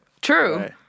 True